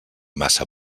massa